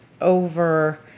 over